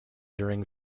during